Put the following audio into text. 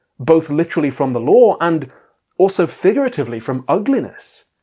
both literally from the law and also figuratively from ugliness.